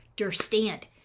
understand